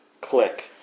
click